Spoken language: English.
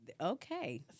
Okay